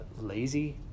lazy